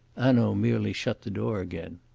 hanaud merely shut the door again.